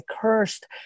cursed